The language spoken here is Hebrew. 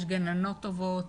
יש גננות טובה,